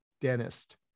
dentist